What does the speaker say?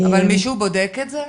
אבל מישהו בודק את זה,